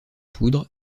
poudre